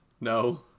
No